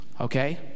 okay